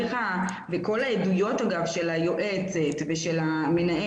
כל העדויות של היועצת ושל המנהל,